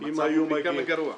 -- המצב הוא פי כמה גרוע.